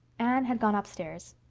anne had gone upstairs.